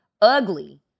ugly